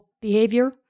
behavior